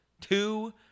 Two